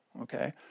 Okay